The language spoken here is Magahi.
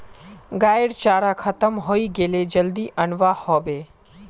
गाइर चारा खत्म हइ गेले जल्दी अनवा ह बे